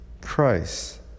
Christ